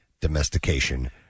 domestication